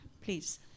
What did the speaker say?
Please